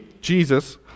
Jesus